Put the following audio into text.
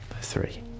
three